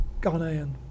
Ghanaian